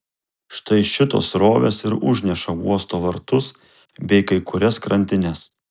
štai šitos srovės ir užneša uosto vartus bei kai kurias krantines